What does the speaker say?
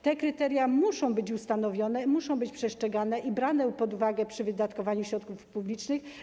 Te kryteria muszą być ustanowione, muszą być przestrzegane i brane pod uwagę przy wydatkowaniu środków publicznych.